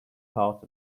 part